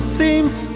seems